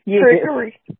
Trickery